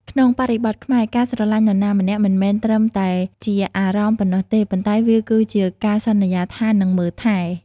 ក្នុងបរិបទខ្មែរ ការស្រឡាញ់នរណាម្នាក់មិនមែនត្រឹមតែជា "អារម្មណ៍" ប៉ុណ្ណោះទេ ប៉ុន្តែវាគឺជា "ការសន្យាថានឹងមើលថែ"។